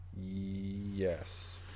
yes